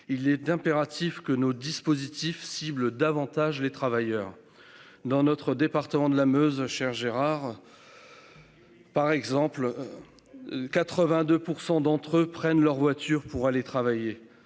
Il importe que nos dispositifs ciblent davantage les travailleurs. Dans notre département de la Meuse, cher Gérard Longuet, ... Eh oui !... 82 % d'entre eux prennent leur voiture pour aller travailler.